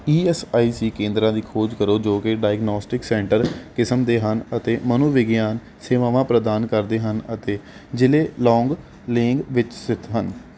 E S I C ਕੇਂਦਰਾਂ ਦੀ ਖੋਜ ਕਰੋ ਜੋ ਕਿ ਡਾਇਗਨੌਸਟਿਕਸ ਸੈਂਟਰ ਕਿਸਮ ਦੇ ਹਨ ਅਤੇ ਮਨੋਵਿਗਿਆਨ ਸੇਵਾਵਾਂ ਪ੍ਰਦਾਨ ਕਰਦੇ ਹਨ ਅਤੇ ਜ਼ਿਲ੍ਹੇ ਲੌਂਗਲੇਂਗ ਵਿੱਚ ਸਥਿੱਤ ਹਨ